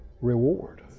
reward